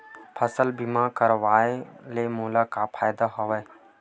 फसल बीमा करवाय के मोला का फ़ायदा हवय?